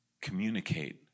communicate